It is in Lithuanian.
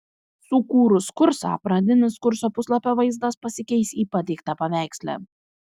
sukūrus kursą pradinis kurso puslapio vaizdas pasikeis į pateiktą paveiksle